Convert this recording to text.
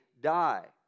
Die